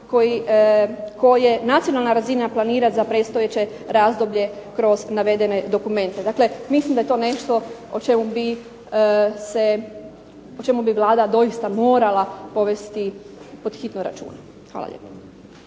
koje nacionalna razina planira za predstojeće razdoblje kroz navedene dokumente. Dakle mislim da je to nešto o čemu bi Vlada doista morala povesti pod hitno računa. Hvala lijepo.